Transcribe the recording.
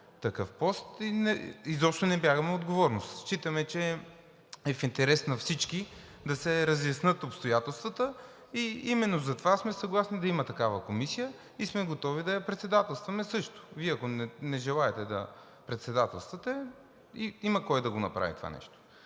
такъв пост и изобщо не бягаме от отговорност. Считаме, че е в интерес на всички да се разяснят обстоятелствата и именно затова сме съгласни да има такава комисия, и сме готови да я председателстваме също. Вие, ако не желаете да председателствате, има кой да го направи това нещо.